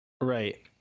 right